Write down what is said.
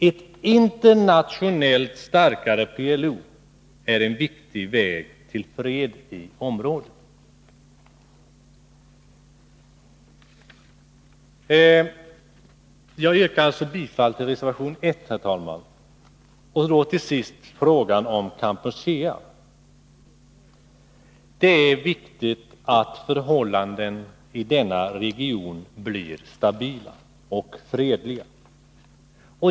Ett internationellt starkare PLO är en viktig förutsättning för fred i området. Herr talman! Jag yrkar alltså bifall till reservation 1. Till sist frågan om Kampuchea. Det är viktigt att förhållandena i denna region blir stabila och fredliga.